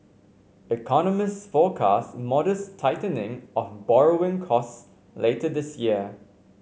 economists forecast modest tightening of borrowing costs later this year